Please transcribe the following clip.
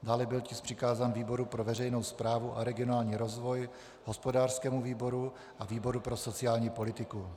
Dále byl tisk přikázán výboru pro veřejnou správu a regionální rozvoj, hospodářskému výboru a výboru pro sociální politiku.